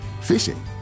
fishing